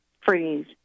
freeze